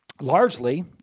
largely